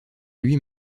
lui